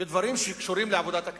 בדברים שקשורים לעבודת הכנסת.